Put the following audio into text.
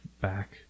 back